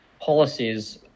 policies